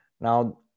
now